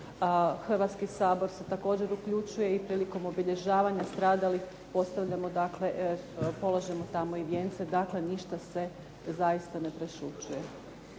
Hrvatski sabor se također uključuje i prilikom obilježavanja stradalih postavljamo dakle, polažemo tamo i vijence. Dakle, ništa se zaista ne prešućuje.